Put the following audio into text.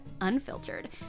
unfiltered